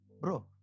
bro